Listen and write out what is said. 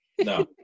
No